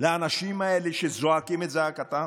לאנשים האלה שזועקים את זעקתם?